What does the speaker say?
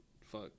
fuck